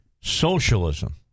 Socialism